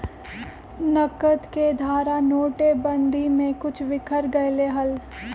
नकद के धारा नोटेबंदी में कुछ बिखर गयले हल